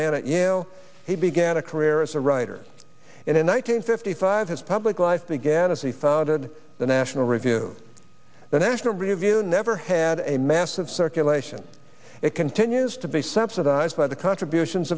man at yale he began a career as a writer and in one hundred fifty five his public life began as he founded the national review the national review never had a massive circulation it continues to be subsidized by the contributions